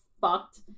fucked